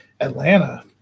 Atlanta